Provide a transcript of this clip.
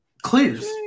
Clears